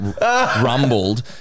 rumbled